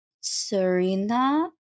Serena